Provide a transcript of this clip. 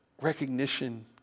recognition